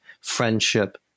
friendship